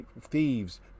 thieves